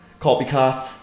copycat